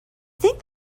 think